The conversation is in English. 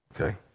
okay